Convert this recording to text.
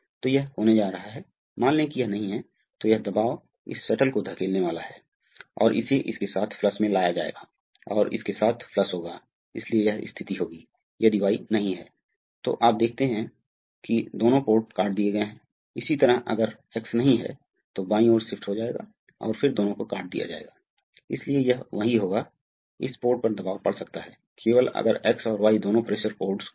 तो तब क्या होता है कि आप देख सकते हैं कि उदाहरण के लिए समान पंप प्रवाह दर V के साथ प्रति यूनिट समय की दूरी तय की जा रही है यदि यह V है तो यह होने वाला है प्रवाह में यह V होने जा रहा है और पिछले मामले में जो हो रहा था पिछले मामले में जो हो रहा था वह यह है कि यदि आप पिछले मामले में जाते हैं तो हम पिछले मामले में कैसे जाते हैं हां थोड़ा तेज हां